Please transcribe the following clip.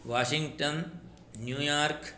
Washington New York